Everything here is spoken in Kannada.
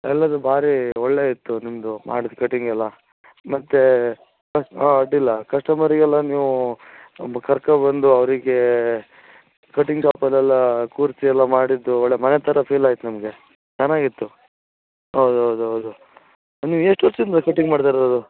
ಎಲ್ಲದೂ ಬಾರೀ ಒಳ್ಳೆಯದಿತ್ತು ನಿಮ್ಮದು ಮಾಡಿದ್ದು ಕಟಿಂಗೆಲ್ಲ ಮತ್ತು ಹಾಂ ಅಡ್ಡಿಯಿಲ್ಲ ಕಸ್ಟಮರಿಗೆಲ್ಲ ನೀವು ಬ ಕರ್ಕೊಬಂದು ಅವ್ರಿಗೆ ಕಟಿಂಗ್ ಶಾಪಲೆಲ್ಲ ಕೂರಿಸಿ ಎಲ್ಲ ಮಾಡಿದ್ದು ಒಳ್ಳೆಯ ಮನೆ ಥರ ಫೀಲಾಯ್ತು ನಮಗೆ ಚೆನ್ನಾಗಿತ್ತು ಹೌದು ಹೌದು ಹೌದು ನೀವು ಎಷ್ಟು ವರ್ಷದಿಂದ ಕಟಿಂಗ್ ಮಾಡ್ತಾಯಿರೋದು